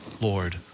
Lord